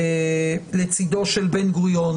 לצידו של בן גוריון.